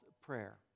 prayer